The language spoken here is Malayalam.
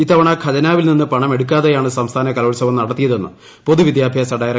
ഇത്തവണ ഖജനാവിൽ നിന്ന് പണമെടുക്കാതെയാണ് സംസ്ഥാന കലോത്സവം നടത്തിയതെന്ന് പൊതുവിദ്യാഭ്യാസ ഡയറക്ടർ കെ